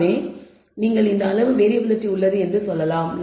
ஆகவே நீங்கள் இந்த அளவு வேறியபிலிட்டி உள்ளது என சொல்லலாம்